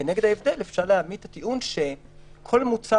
כנגד ההבדל אפשר להעמיד את הטיעון שכל מוצר